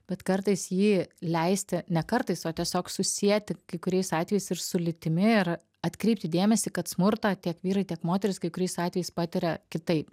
bet kartais jį leisti ne kartais o tiesiog susieti kai kuriais atvejais ir su lytimi ir atkreipti dėmesį kad smurtą tiek vyrai tiek moterys kai kuriais atvejais patiria kitaip